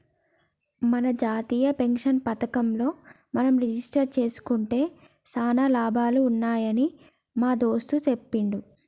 మన జాతీయ పెన్షన్ పథకంలో మనం రిజిస్టరు జేసుకుంటే సానా లాభాలు ఉన్నాయని మా దోస్త్ సెప్పిండు